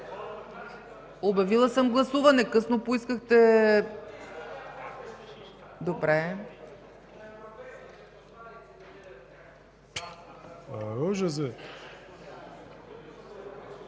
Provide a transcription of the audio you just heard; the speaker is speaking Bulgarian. Обявила съм гласуване, късно поискахте....